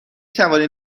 توانید